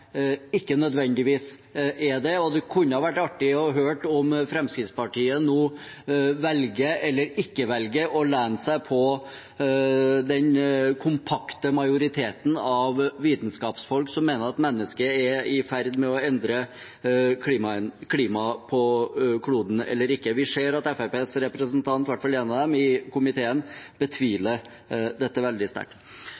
ikke nødvendigvis er det. Det kunne vært artig å høre om Fremskrittspartiet nå velger eller ikke velger å lene seg på den kompakte majoriteten av vitenskapsfolk som mener at mennesket er i ferd med å endre klimaet på kloden. Vi ser at i hvert fall én av Fremskrittspartiets representanter i komiteen